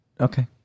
Okay